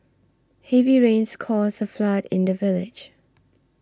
heavy rains caused a flood in the village